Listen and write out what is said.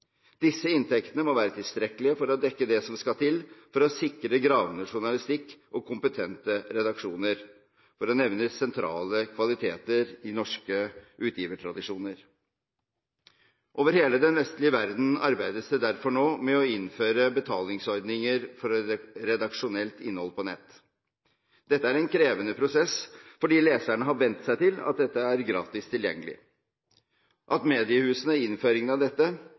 Disse inntektene må være tilstrekkelige til å dekke det som skal til for å sikre gravende journalistikk og kompetente redaksjoner, for å nevne sentrale kvaliteter ved norske utgivertradisjoner. Over hele den vestlige verden arbeides det derfor nå med å innføre betalingsordninger for redaksjonelt innhold på nett. Dette er en krevende prosess fordi leserne har vent seg til at dette er gratis tilgjengelig. At mediehusene ved innføringen av dette,